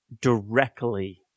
directly